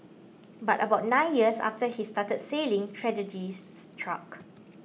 but about nine years after he started sailing tragedy struck